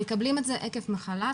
הם מקבלים את זה עקב מחלה,